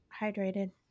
hydrated